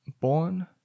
born